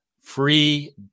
free